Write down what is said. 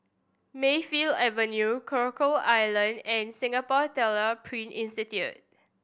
Mayfield Avenue Coral Island and Singapore Tyler Print Institute